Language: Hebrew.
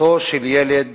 זכותו של ילד